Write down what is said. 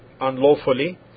unlawfully